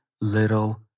little